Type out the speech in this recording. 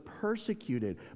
persecuted